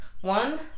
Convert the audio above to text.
one